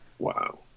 Wow